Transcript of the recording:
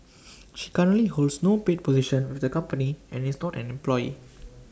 she currently holds no paid position with the company and is not an employee